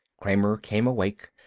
kramer came awake,